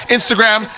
Instagram